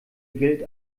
gilt